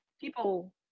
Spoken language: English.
people